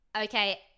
okay